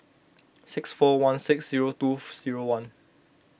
six four one six zero two zeroone